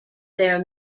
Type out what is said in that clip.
their